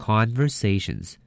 Conversations